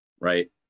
right